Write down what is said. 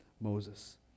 Moses